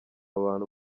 abantu